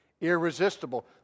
irresistible